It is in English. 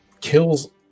kills